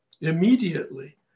immediately